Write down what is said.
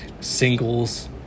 singles